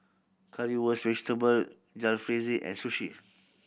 Currywurst Vegetable Jalfrezi and Sushi